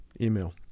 email